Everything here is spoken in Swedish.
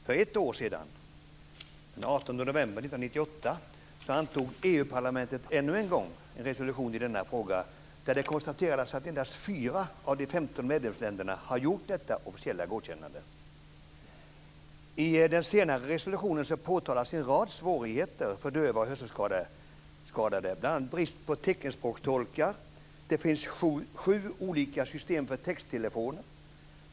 För ett år sedan, den 18 november 1998, antog EU-parlamentet ännu en gång en resolution i den här frågan där det konstaterades att endast fyra av de 15 medlemsländerna har gjort detta officiella godkännande. I den senare resolutionen påtalas en rad svårigheter för döva och hörselskadade. Bl.a. gäller det brist på teckenspråkstolkar. Det finns sju olika system för texttelefon.